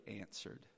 answered